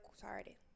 sorry